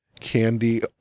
candy